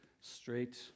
straight